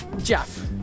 Jeff